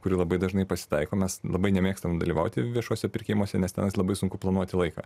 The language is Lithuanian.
kuri labai dažnai pasitaiko mes labai nemėgstam dalyvauti viešuose pirkimuose nes ten labai sunku planuoti laiką